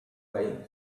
way